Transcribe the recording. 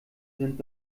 sind